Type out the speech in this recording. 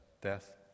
death